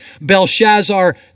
Belshazzar